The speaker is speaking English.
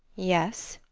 yes.